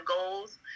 goals